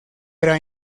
era